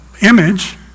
image